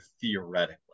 theoretically